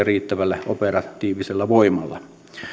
riittävällä operatiivisella voimalla